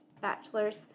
bachelor's